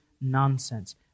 nonsense